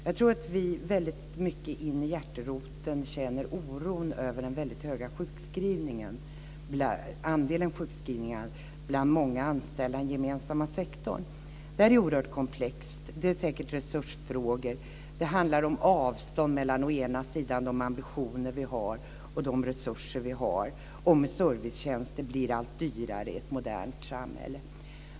Jag tror att vi väldigt mycket in i hjärteroten känner oron över den stora andelen sjukskrivningar bland många anställda i den gemensamma sektorn. Det är oerhört komplext. Det är säkert resursfrågor. Det handlar om avstånd mellan de ambitioner som vi har och de resurser som vi har och om hur servicetjänster blir allt dyrare i ett modernt samhälle.